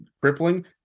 crippling